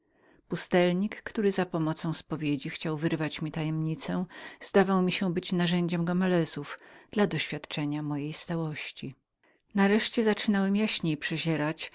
pustelnik który za pomocą spowiedzi chciał wyrwać mi tajemnicę zdawał mi się być narzędziem gomelezów dla doświadczenia mojej stałości nareszcie zaczynałem